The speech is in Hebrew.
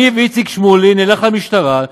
אני ואיציק שמולי נלך למשטרה,